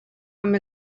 amb